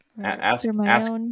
ask